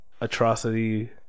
atrocity